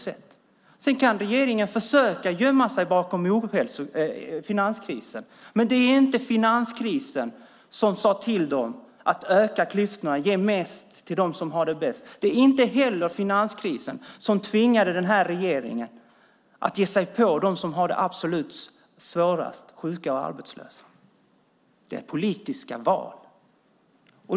Sedan kan regeringen försöka gömma sig bakom finanskrisen, men det var inte finanskrisen som sade till regeringen: Öka klyftorna och ge mest till dem som har det bäst! Det var inte heller finanskrisen som tvingade den här regeringen att ge sig på dem som har det absolut svårast, sjuka och arbetslösa. Det är politiska val.